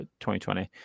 2020